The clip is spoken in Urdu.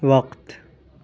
وقت